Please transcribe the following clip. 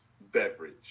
beverage